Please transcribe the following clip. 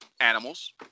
animals